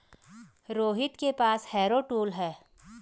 रोहित के पास harrow tool है